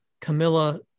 Camilla